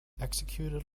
executed